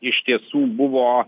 iš tiesų buvo